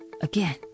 Again